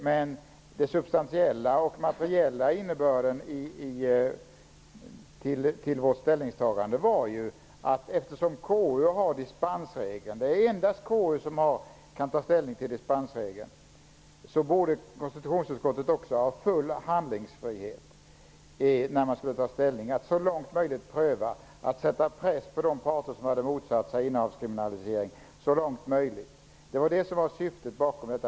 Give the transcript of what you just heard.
Den substantiella och materiella innebörden av vårt ställningstagande är att eftersom det endast är KU som kan ta ställning till dispensregeln, så borde konstitutionsutskottet ha full handlingsfrihet. Detta gällde när man skulle ta ställning till att så långt möjligt pröva att sätta press på de parter som motsatte sig innehavskriminalisering. Detta var vårt syfte.